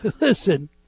Listen